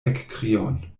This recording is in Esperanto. ekkrion